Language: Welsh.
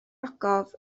ogof